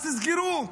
אז תסגרו.